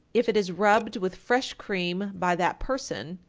if it is rubbed with fresh cream by that person,